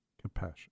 compassion